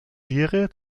lehre